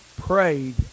prayed